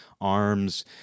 arms